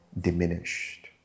diminished